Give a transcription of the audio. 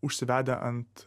užsivedę ant